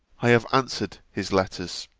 i have answered his letters.